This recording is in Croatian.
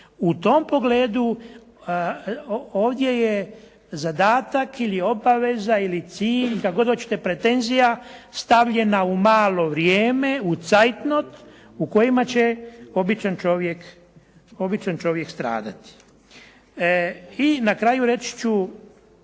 U tom pogledu, ovdje je zadatak ili obaveza ili cilj, kako god hoćete, pretenzija, stavljena u malo vrijeme, u "cajt not" u kojima će običan čovjek stradati. I na kraju, reći ću